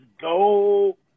go